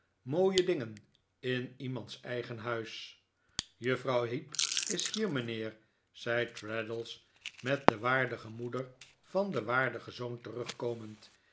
mooie dingen in iemands eigen huis juffrouw heep is hier mijnheer zei traddles met de waardige moeder van den waardigen zoon terugkomend